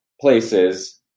places